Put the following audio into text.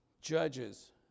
Judges